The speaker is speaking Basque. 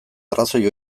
arrazoi